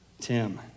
Tim